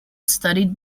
studied